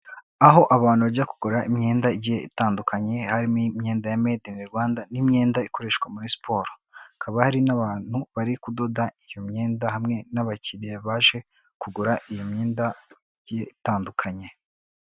Aho abantu bajya kugura imyendaye itandukanye, harimo imyenda ya meyidi ini Rwanda, n'imyenda ikoreshwa muri siporo. Hakaba hari n'abantu bari kudoda iyo myenda, hamwe n'abakiriya baje kugura iyi myenda igiye itandukanye.